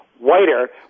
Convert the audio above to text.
whiter